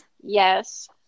Yes